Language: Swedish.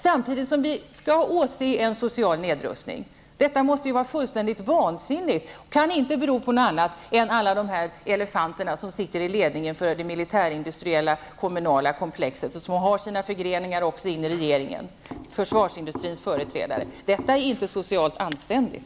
Samtidigt får vi åse en social nedrustning. Detta måste vara fullständigt vansinnigt och kan inte bero på något annat än elefanterna som sitter i ledningen för det militärindustriella -- kommunala komplexet. Försvarsindustrins företrädare har också sina förgreningar in i regeringen. Detta är inte socialt anständigt.